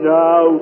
now